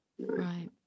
Right